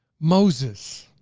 moses,